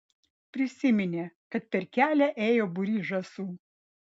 prisiminė kad per kelią ėjo būrys žąsų